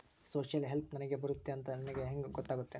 Social help ನನಗೆ ಬರುತ್ತೆ ಅಂತ ನನಗೆ ಹೆಂಗ ಗೊತ್ತಾಗುತ್ತೆ?